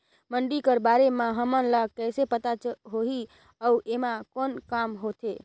मंडी कर बारे म हमन ला कइसे पता होही अउ एमा कौन काम होथे?